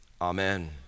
Amen